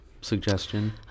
suggestion